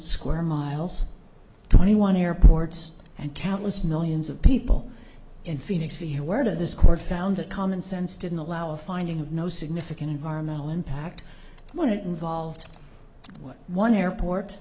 square miles twenty one airports and countless millions of people in phoenix to hear word of this court found a common sense didn't allow a finding of no significant environmental impact when it involved what one airport